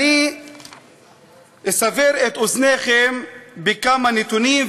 אסבר את אוזניכם בכמה נתונים,